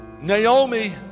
Naomi